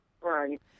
Right